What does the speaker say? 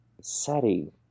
setting